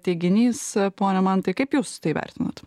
teiginys pone mantai kaip jūs tai vertinat